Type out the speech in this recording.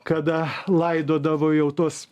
kada laidodavo jau tuos